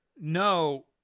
No